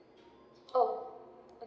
oh okay